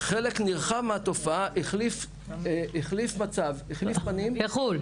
חלק נרחב מהתופעה החליף מצב, החליף פנים.